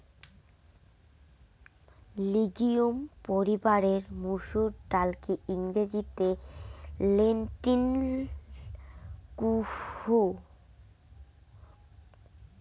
legume পরিবারের মসুর ডালকে ইংরেজিতে লেন্টিল কুহ